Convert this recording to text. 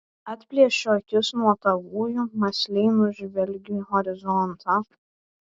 atplėšiu akis nuo tavųjų mąsliai nužvelgiu horizontą